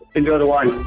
enjoy the wine.